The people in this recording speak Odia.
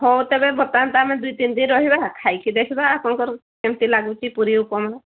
ହେଉ ତେବେ ବର୍ତ୍ତମାନ ତ ଆମେ ଦୁଇ ତିନି ଦିନ ରହିବା ଖାଇକି ଦେଖିବା ଆପଣଙ୍କର କେମତି ଲାଗୁଛି ପୁରୀ ଉପମା